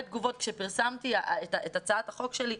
תגובות עת פרסמתי את הצעת החוק שלי.